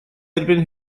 erbyn